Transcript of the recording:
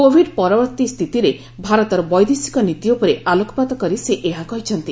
Covid ପରବର୍ତ୍ତୀ ସ୍ଥିତିରେ ଭାରତର ବୈଦେଶିକ ନୀତି ଉପରେ ଆଲୋକପାତ କରି ସେ ଏହା କହିଛନ୍ତି